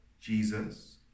Jesus